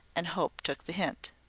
and hope took the hint.